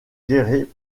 géré